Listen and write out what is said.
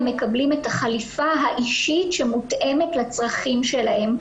מקבלים את החליפה האישית שמותאמת לצרכים שלהם.